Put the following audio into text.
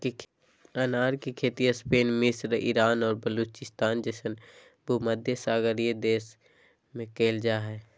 अनार के खेती स्पेन मिस्र ईरान और बलूचिस्तान जैसन भूमध्यसागरीय देश में कइल जा हइ